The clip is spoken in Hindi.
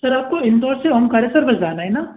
सर आपको इंदौर से ओंकारेश्वर बस जाना है ना